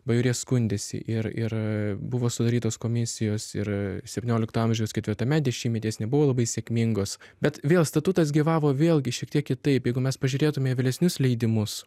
bajorija skundėsi ir ir buvo sudarytos komisijos ir septyniolikto amžiaus ketvirtame dešimtmetyje jos nebuvo labai sėkmingos bet vėl statutas gyvavo vėlgi šiek tiek kitaip jeigu mes pažiūrėtume į vėlesnius leidimus